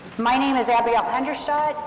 my name is abigail hendershott.